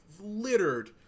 littered